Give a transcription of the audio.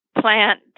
plant